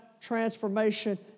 transformation